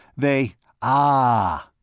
they aah!